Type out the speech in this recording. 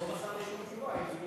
הוא לא מסר לי שום תשובה.